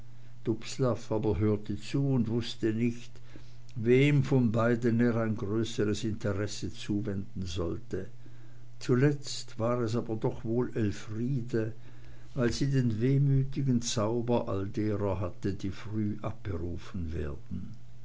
hörte zu und wußte nicht wem von beiden er ein größeres interesse zuwenden sollte zuletzt aber war es doch wohl elfriede weil sie den wehmütigen zauber all derer hatte die früh abberufen werden